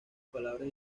palabras